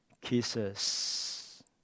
kisses